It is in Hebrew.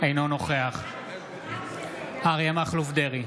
אינו נוכח אריה מכלוף דרעי,